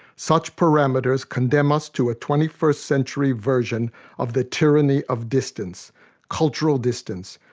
such parameters condemn us to a twenty first century version of the tyranny of distance cultural distance,